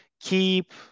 keep